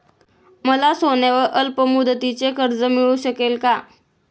मला सोन्यावर अल्पमुदतीचे कर्ज मिळू शकेल का?